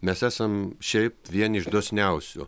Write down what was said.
mes esam šiaip vieni iš dosniausių